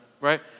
right